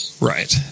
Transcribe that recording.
Right